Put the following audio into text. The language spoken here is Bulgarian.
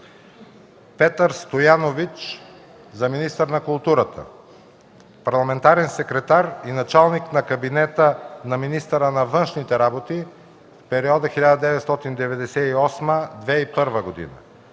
Петър Стоянович – министър на културата. Парламентарен секретар и началник на кабинета на министъра на външните работи в периода 1998-2001 г.;